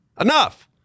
enough